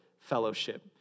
fellowship